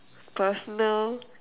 personal